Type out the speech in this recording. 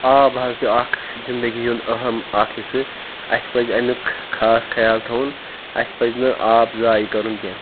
آب حظ چھُ اَکھ زندگی ہُنٛد أہم اَکھ حِصہٕ اسہِ پَزِ اَمیُک خاص خیال تھاوُن اسہِ پَزِ نہٕ آب ضایعہِ کَرُن کیٚنٛہہ